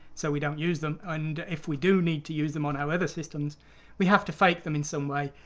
so we don't use them. and if we do need to use them on our other systems we have to fake them in some way.